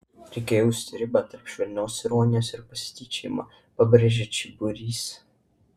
reikia jausti ribą tarp švelnios ironijos ir pasityčiojimo pabrėžia čiburys